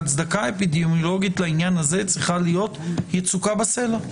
וההצדקה האפידמיולוגית לעניין הזה צריכה להיות יצוקה בסלע.